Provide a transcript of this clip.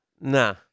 Nah